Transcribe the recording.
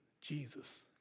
Jesus